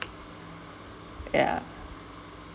ya